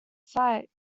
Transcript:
sight